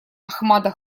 ахмада